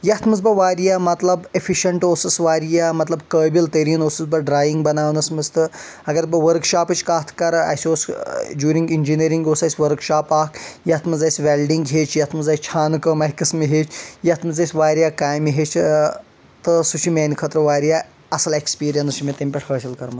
یتھ منٛز بہٕ واریاہ مطلب افیشنٹ اوسُس واریاہ مطلب قأبِل تٔریٖن اوسُس بہٕ ڈرایِنگ بناونس منٛز تہ اگر بہٕ ؤرٕک شاپٕچ کتھ کرٕ اَسہِ اوس جوٗرِنگ انجیٖنرِنگ اوس اَسہِ ؤرٕک شاپ اکھ یتھ منٛز اَسہِ وٮ۪لڈِنگ ہیٚچھ یتھ منٛز اَسہِ چھانہٕ کأم اَکہِ قٔسمہٕ ہیٚچھ یتھ منٛز اَسہِ واریاہ کامہِ ہیٚچھہِ تہٕ سُہ چھُ میٛانہِ خأطرٕ واریاہ اصل ایکسپیٖرینس چھُ مےٚ تمہِ پٮ۪ٹھ حأصِل کٔرمٕژ